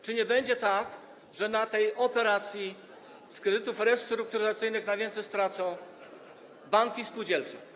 Czy nie będzie tak, że na tej operacji z kredytami restrukturyzacyjnymi najwięcej stracą banki spółdzielcze?